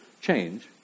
change